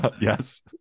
Yes